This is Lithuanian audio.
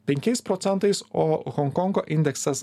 penkiais procentais o honkongo indeksas